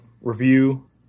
review